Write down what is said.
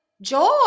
joy